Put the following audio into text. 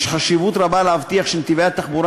יש חשיבות רבה להבטיח שנתיבי התחבורה